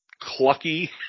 clucky